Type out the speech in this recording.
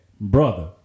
brother